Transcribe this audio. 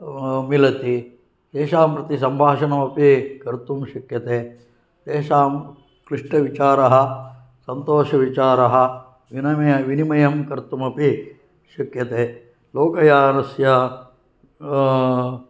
मिलति येषां प्रति सम्भाषणम् अपि कर्तु शक्यते तेषां क्लिष्टविचाराः सन्तोषविचाराः विनिमयं कर्तुम् अपि शक्यते लोकयानस्य